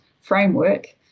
framework